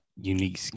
unique